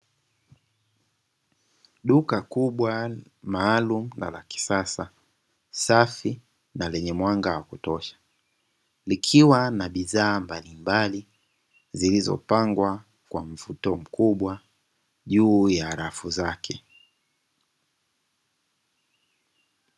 Duka kubwa maalumu na lakisasa safi na lenye mwanga wa kutosha likiwa na bidhaa mbalimbali zilizopangwa kwa mvuto mkubwa juu ya rafu zake.